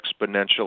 exponential